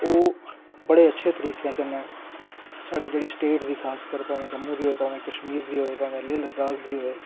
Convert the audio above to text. ओह् बड़े अच्छे तरिके कन्नै साढ़ी जेह्ड़ी स्टेट दी खासकर भामें जम्मू दी होऐ भामें कश्मीर दी होऐ भामें लेह् लद्दाख दी होऐ